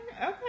Okay